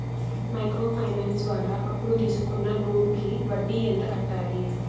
Micro finance ద్వారా అప్పును తీసుకున్న నూరు కి వడ్డీ ఎంత కట్టాలి?